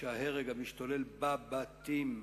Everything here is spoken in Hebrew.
שההרג המשתולל בבתים,